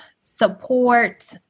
support